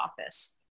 office